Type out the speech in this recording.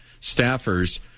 staffers